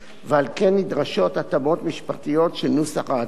ועל כן נדרשות התאמות משפטיות של נוסח ההצעה.